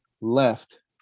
left